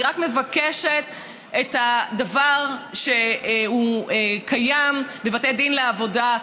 אני רק מבקשת את הדבר שקיים בבתי דין לעבודה,